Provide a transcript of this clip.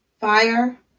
Fire